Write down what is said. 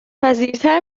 پذیرتر